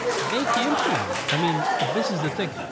make you implement it. i mean, if this is the thing,